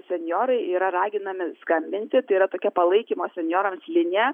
senjorai yra raginami skambinti tai yra tokia palaikymo senjorams linija